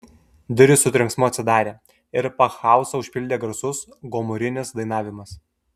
durys su trenksmu atsidarė ir pakhauzą užpildė garsus gomurinis dainavimas